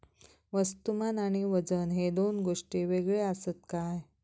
वस्तुमान आणि वजन हे दोन गोष्टी वेगळे आसत काय?